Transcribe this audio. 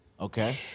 Okay